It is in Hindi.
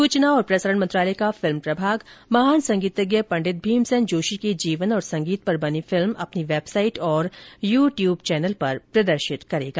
सूचना और प्रसारण मंत्रालय का फिल्म प्रभाग महान संगीतज्ञ पंडित भीमसेन जोशी के जीवन और संगीत पर बनी फिल्म अपनी वेबसाइट और यू ट्यूब चैनल पर प्रदर्शित करेगा